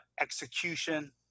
execution